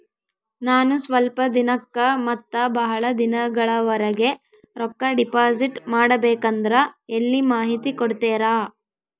ನಾನು ಸ್ವಲ್ಪ ದಿನಕ್ಕ ಮತ್ತ ಬಹಳ ದಿನಗಳವರೆಗೆ ರೊಕ್ಕ ಡಿಪಾಸಿಟ್ ಮಾಡಬೇಕಂದ್ರ ಎಲ್ಲಿ ಮಾಹಿತಿ ಕೊಡ್ತೇರಾ?